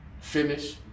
finish